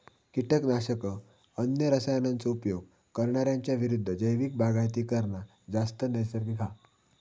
किटकनाशक, अन्य रसायनांचो उपयोग करणार्यांच्या विरुद्ध जैविक बागायती करना जास्त नैसर्गिक हा